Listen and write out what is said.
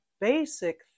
basic